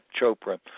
Chopra